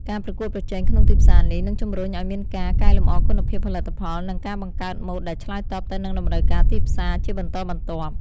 ការប្រកួតប្រជែងក្នុងទីផ្សារនេះ នឹងជម្រុញឲ្យមានការ កែលម្អគុណភាពផលិតផល និង ការបង្កើតម៉ូដដែលឆ្លើយតបទៅនឹងតម្រូវការទីផ្សារ ជាបន្តបន្ទាប់។